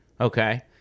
okay